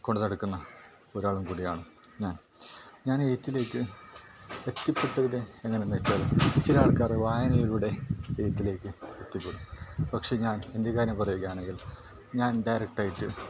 കൊണ്ട് നടക്കുന്ന ഒരാളും കൂടെ ആണ് ഞാൻ ഞാൻ എഴുത്തിലേക്ക് എത്തിപ്പെട്ടത് എങ്ങനെ എന്ന് വച്ചാൽ ചില ആൾക്കാരെ വായനയിലൂടെ എഴുത്തിലേക്ക് എത്തിപ്പെടും പക്ഷേ ഞാൻ എൻ്റെ കാര്യം പറയുകയാണെങ്കിൽ ഞാൻ ഡയറക്റ്റായിട്ട്